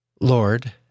Lord